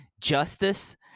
Justice